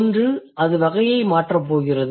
ஒன்று அது வகையை மாற்றப் போகிறது